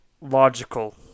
logical